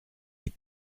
les